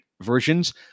versions